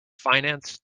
financed